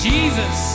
Jesus